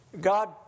God